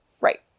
Right